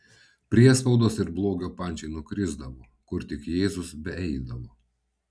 priespaudos ir blogio pančiai nukrisdavo kur tik jėzus beeidavo